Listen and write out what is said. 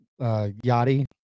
Yachty